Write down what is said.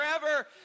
forever